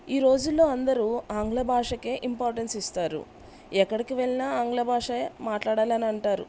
ఈ రోజుల్లో అందరూ ఆంగ్ల భాషకే ఇంపార్టెన్స్ ఇస్తారు ఎక్కడికి వెళ్ళినా ఆంగ్ల భాషే మాట్లాడాలని అంటారు